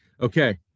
Okay